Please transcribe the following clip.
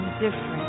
different